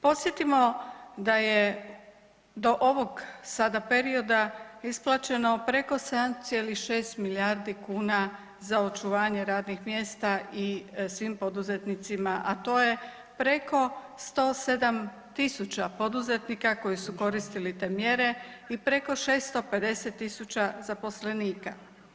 Podsjetimo da je do ovog sada period isplaćeno preko 7,6 milijardi kuna za očuvanje radnih mjesta i svim poduzetnicima, a to je preko 107.000 poduzetnika koji su koristili te mjere i preko 650.000 zaposlenika.